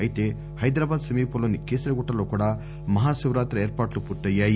అయితే హైదరాబాద్ సమీపంలోని కీసరగుట్టలో కూడా మహాశివరాతి ఏర్పాట్లు పూర్తయ్యాయి